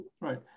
right